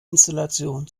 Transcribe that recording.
installation